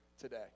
today